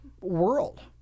world